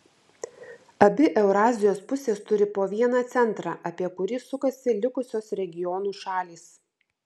abi eurazijos pusės turi po vieną centrą apie kurį sukasi likusios regionų šalys